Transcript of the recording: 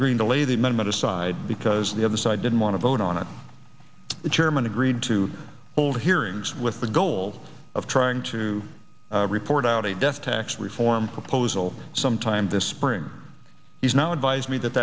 green delay the amendment aside because the other side didn't want to vote on it the chairman agreed to hold hearings with the goal of trying to report out a death tax reform proposal sometime this spring he's now advised me that